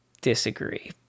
disagree